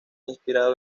inspirado